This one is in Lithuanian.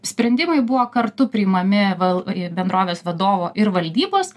sprendimai buvo kartu priimami val bendrovės vadovo ir valdybos